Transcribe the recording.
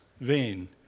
vain